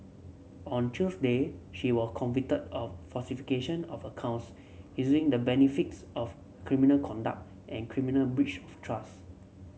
on Tuesday she were convicted of falsification of accounts using the benefits of criminal conduct and criminal breach of trust